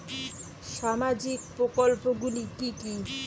সামাজিক প্রকল্পগুলি কি কি?